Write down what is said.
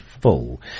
full